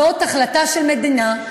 זאת החלטה של מדינה,